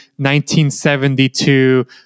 1972